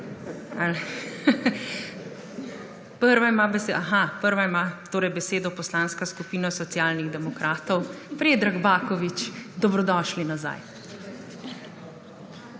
Prva ima besedo Poslanska skupina Socialnih demokratov. Predrag Baković, dobrodošli nazaj.